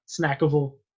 snackable